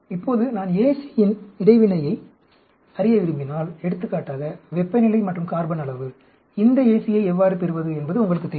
இப்போது நான் ACயின் இடைவினையை அறிய விரும்பினால் எடுத்துக்காட்டாக வெப்பநிலை மற்றும் கார்பன் அளவு இந்த AC யை எவ்வாறு பெறுவது என்பது உங்களுக்குத் தெரியும்